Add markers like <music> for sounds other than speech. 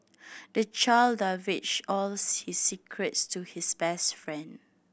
the child divulged all <unintelligible> his secrets to his best friend